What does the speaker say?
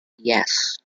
yes